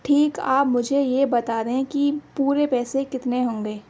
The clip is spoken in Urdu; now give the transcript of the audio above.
ٹھیک آپ مجھے یہ بتا دیں کہ پورے پیسے کتنے ہوں گے